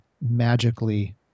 magically